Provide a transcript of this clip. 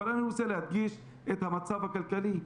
אבל אני רוצה להדגיש את המצב הכלכלי.